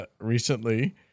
recently